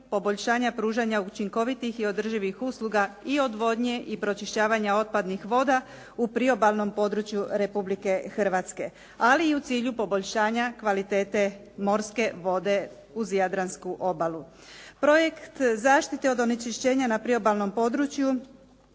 poboljšanja pružanja učinkovitih i održivih usluga i odvodnje i pročišćavanja otpadnih voda u priobalnom području Republike Hrvatske ali i u cilju poboljšanja kvalitete morske vode uz jadransku obalu. Projekt zaštite od onečišćenja na priobalnom području